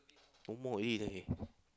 no more already leh